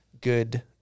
good